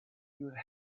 would